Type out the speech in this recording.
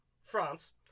France